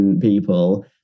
people